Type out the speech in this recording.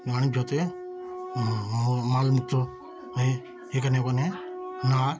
মানুষ যাতে মলমূত্র এই এখানে ওখানে না